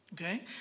Okay